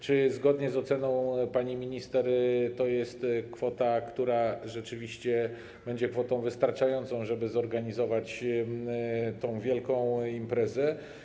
Czy zgodnie z oceną pani minister to jest kwota, która rzeczywiście będzie kwotą wystarczającą, żeby zorganizować tę wielką imprezę?